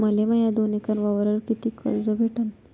मले माया दोन एकर वावरावर कितीक कर्ज भेटन?